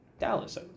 Dallas